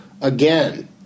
Again